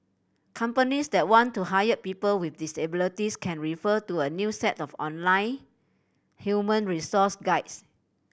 companies that want to hire people with disabilities can refer to a new set of online human resource guides